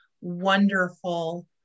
wonderful